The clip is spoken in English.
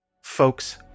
Folks